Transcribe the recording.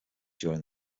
during